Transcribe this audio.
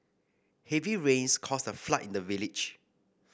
heavy rains caused a flood in the village